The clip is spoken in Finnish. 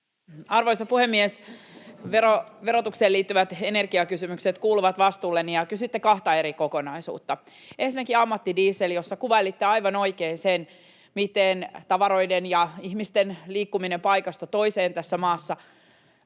Arvoisa puhemies! Verotukseen liittyvät energiakysymykset kuuluvat vastuulleni, ja kysytte kahta eri kokonaisuutta. Ensinnäkin ammattidiesel, jossa kuvailitte aivan oikein tavaroiden ja ihmisten liikkumisen paikasta toiseen tässä maassa.